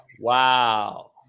Wow